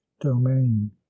domain